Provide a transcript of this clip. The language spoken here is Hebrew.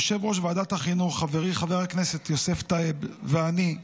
יושב-ראש ועדת החינוך חברי חבר הכנסת יוסף טייב ואני,